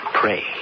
Pray